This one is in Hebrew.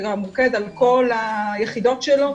שהמוקד על כל היחידות שלו,